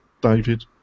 David